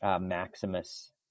Maximus